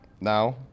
Now